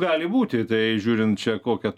gali būti tai žiūrint čią kokia tų